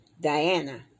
Diana